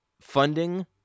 funding